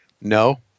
No